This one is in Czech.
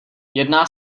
jedná